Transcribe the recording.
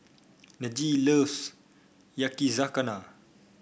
Najee loves Yakizakana